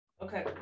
okay